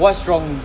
what's wrong